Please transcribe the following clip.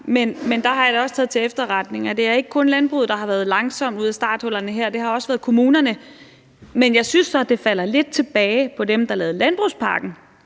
Men der har jeg også taget til efterretning, at det ikke kun er landbruget, der er kommet langsomt ud af starthullerne her – det er også kommunerne. Men jeg synes så, at det falder lidt tilbage på dem, der lavede landbrugspakken